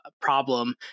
problem